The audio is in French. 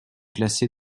classées